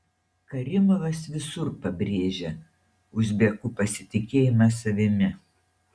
karimovas visur pabrėžia uzbekų pasitikėjimą savimi